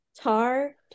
Tar